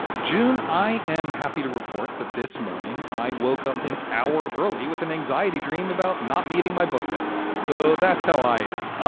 june. i am happy to report that this morning i woke up an hour early with an anxiety dream about not meeting my book deadline. so that's how i am.